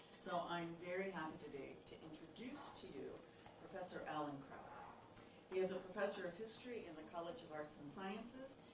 so i'm very happy today to introduce to you professor alan kraut. he is a professor of history in the college of arts and sciences.